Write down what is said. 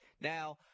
Now